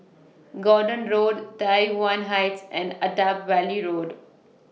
Gordon Road Tai one Heights and Attap Valley Road